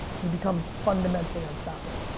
you become fundamentally unstoppable.